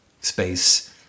space